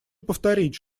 повторить